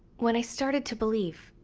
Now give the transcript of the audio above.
when i started to believe,